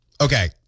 Okay